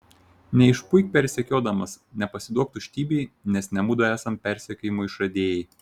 neišpuik persekiodamas nepasiduok tuštybei nes ne mudu esam persekiojimo išradėjai